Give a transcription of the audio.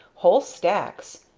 whole stacks!